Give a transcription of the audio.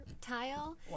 tile